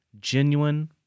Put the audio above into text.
genuine